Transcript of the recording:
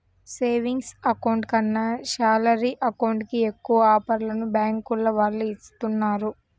savings account కన్నా salary account కి ఎక్కువ ఆఫర్లను బ్యాంకుల వాళ్ళు ఇస్తున్నారు